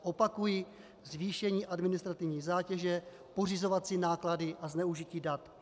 Opakuji: zvýšení administrativní zátěže, pořizovací náklady a zneužití dat.